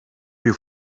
bir